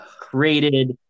created